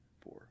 four